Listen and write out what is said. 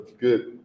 good